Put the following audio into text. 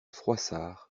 froissart